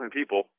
people